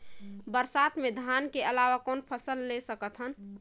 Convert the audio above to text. बरसात मे धान के अलावा कौन फसल ले सकत हन?